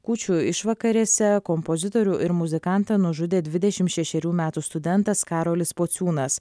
kūčių išvakarėse kompozitorių ir muzikantą nužudė dvidešimt šešerių metų studentas karolis pociūnas